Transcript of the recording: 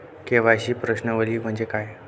KYC प्रश्नावली म्हणजे काय?